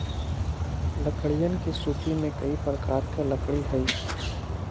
लकड़ियन के सूची में कई प्रकार के लकड़ी हई